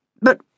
but